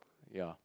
ya